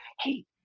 hey